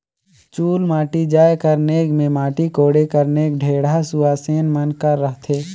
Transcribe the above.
चुलमाटी जाए कर नेग मे माटी कोड़े कर नेग ढेढ़ा सुवासेन मन कर रहथे